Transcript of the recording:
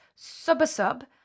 SubaSub